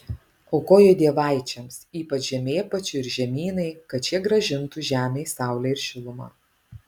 aukojo dievaičiams ypač žemėpačiui ir žemynai kad šie grąžintų žemei saulę ir šilumą